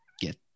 get